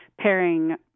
Pairing